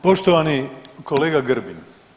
Poštovani kolega Grbin.